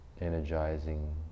Energizing